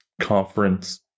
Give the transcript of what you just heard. conference